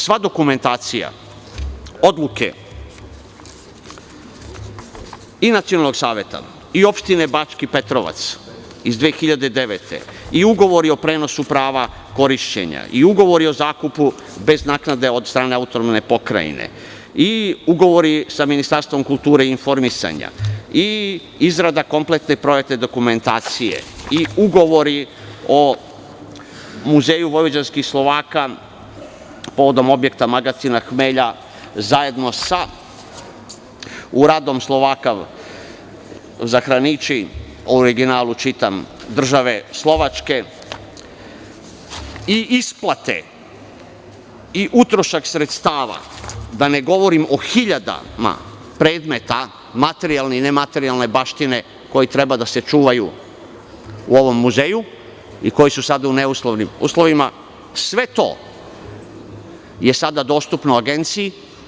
Sva dokumentacija odluke i Nacionalnog saveta i Opštine Bački Petrovac iz 2009. godine, i ugovori o prenosu prava korišćenja, i ugovori o zakupu bez naknade od strane AP, i ugovori sa Ministarstvom kulture i informisanja, i izrada kompletne projektne dokumentacije, i ugovori o Muzeju vojvođanskih Slovaka povodom objekta magacina hmelja, zajedno sa uradom Slovakav zahraniči, u originalu čitam, države Slovačke, i isplate i utrošak sredstava, da ne govorim o hiljadama predmeta materijalne i nematerijalne baštine koji treba da se čuvaju u ovom muzeju i koji su sada u neuslovnim uslovima, sve to je sada dostupno Agenciji.